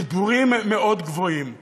דיבורים גבוהים מאוד.